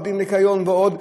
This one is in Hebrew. עובדי ניקיון ועוד.